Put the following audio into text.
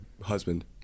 husband